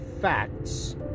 facts